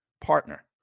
partner